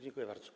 Dziękuję bardzo.